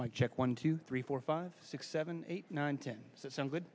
my check one two three four five six seven eight nine ten some good